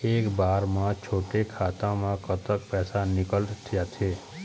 एक बार म छोटे खाता म कतक पैसा निकल जाथे?